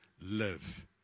live